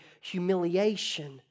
humiliation